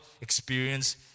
experience